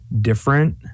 different